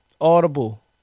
Audible